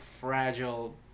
fragile